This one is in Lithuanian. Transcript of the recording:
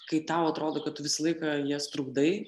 kai tau atrodo kad tu visą laiką jas trukdai